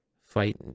fight